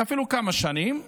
אפילו בכמה שנים.